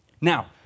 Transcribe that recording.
Now